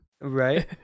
right